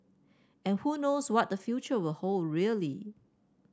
and who knows what the future will hold really